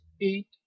eight